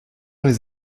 les